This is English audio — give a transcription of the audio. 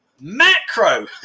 macro